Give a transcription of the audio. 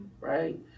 right